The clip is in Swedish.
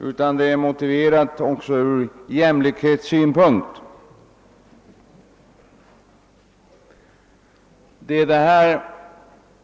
utan även ur jämlikhetssynpunkt. Herr talman!